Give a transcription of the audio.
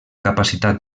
capacitat